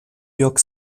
york